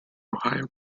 ohio